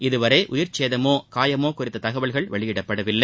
இதுவரை உயிர் சேதமோ காயமோ குறித்த தகவல்கள் வெளியிடப்படவில்லை